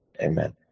Amen